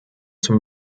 zum